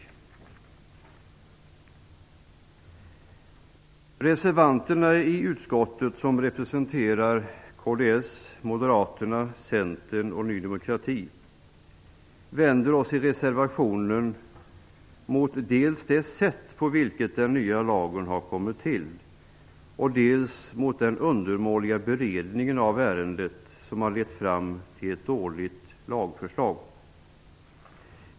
Vi reservanter i utskottet representerar kds, Moderaterna, Centern och Ny demokrati. Vi vänder oss i reservationen mot dels det sätt på vilket den nya lagen har kommit till, dels den undermåliga beredningen av ärendet som har lett fram till ett dåligt lagförslag.